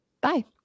Bye